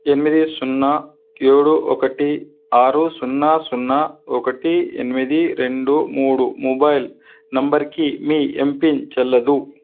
ఎనిమిది సున్నా ఏడు ఒకటి ఆరు సున్నా సున్నా ఒకటి ఎనిమిది రెండు మూడు మొబైల్ నంబర్కి మీ ఎంపిన్ చెల్లదు